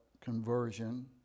conversion